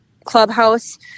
clubhouse